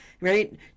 right